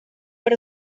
per